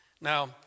Now